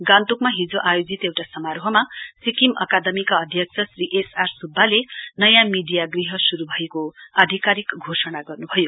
गान्तोकमा हिजो आयोजित एउटा समारोहमा सिक्किम आकादमीका अध्यक्ष श्री एमआर सुब्बाले नयाँ मीडिया गृह शुरू भएको आधिकारिक घोषणा गर्नुभयो